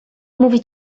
mówi